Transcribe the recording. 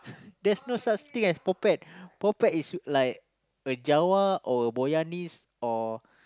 there's no such thing as potpet potpet is like a Java or Boyanese or